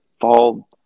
fall